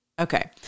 Okay